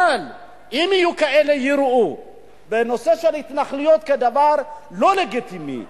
אבל אם יהיו כאלה שיראו בנושא של התנחלויות דבר לא לגיטימי,